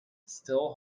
still